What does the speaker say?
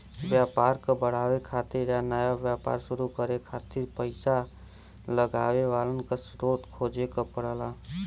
व्यापार क बढ़ावे खातिर या नया व्यापार शुरू करे खातिर पइसा लगावे वालन क स्रोत खोजे क पड़ला